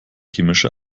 chemische